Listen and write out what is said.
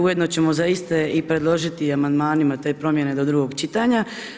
Ujedano ćemo za iste i predložiti i amandmanima te promijene do drugog čitanja.